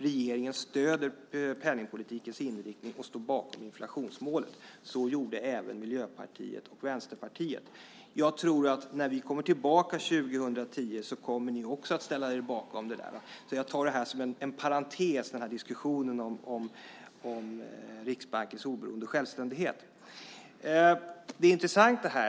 Regeringen stöder penningpolitikens inriktning och står bakom inflationsmålet." Så gjorde även Miljöpartiet och Vänsterpartiet. När vi kommer tillbaka 2010 tror jag att ni också kommer att ställa er bakom det. Jag tar diskussionen om Riksbankens oberoende och självständighet som en parentes.